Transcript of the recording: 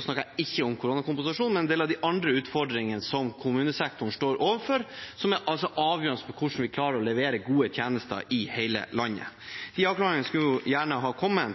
snakker jeg ikke om koronakompensasjon, men om en del av de andre utfordringene som kommunesektoren står overfor, og som er avgjørende for at vi klarer å levere gode tjenester i hele landet. De avklaringene skulle jeg gjerne sett hadde kommet.